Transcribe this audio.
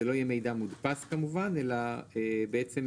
זה לא יהיה